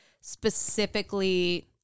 specifically